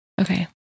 Okay